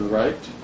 right